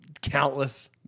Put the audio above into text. countless